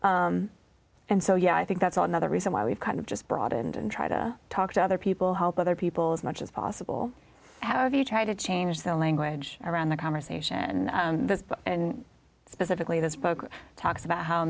anything and so yeah i think that's another reason why we've kind of just broadened and try to talk to other people help other people as much as possible have you try to change the language around the conversation and specifically this book talks about how